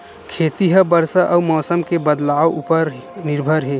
खेती हा बरसा अउ मौसम के बदलाव उपर निर्भर हे